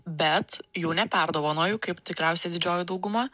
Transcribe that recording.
bet jų neperdovanoju kaip tikriausiai didžioji dauguma